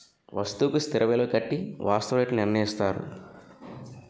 వస్తువుకు స్థిర విలువ కట్టి వాస్తవ రేట్లు నిర్ణయిస్తారు